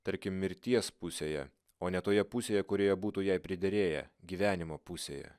tarkim mirties pusėje o ne toje pusėje kurioje būtų jai priderėję gyvenimo pusėje